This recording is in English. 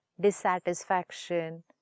dissatisfaction